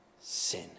sin